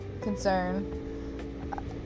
concern